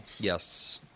Yes